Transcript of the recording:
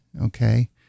Okay